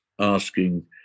asking